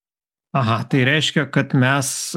aha tai reiškia kad mes